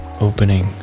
opening